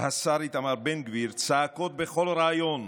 השר איתמר בן גביר צעקות בכל ריאיון.